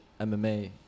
MMA